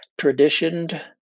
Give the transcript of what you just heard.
traditioned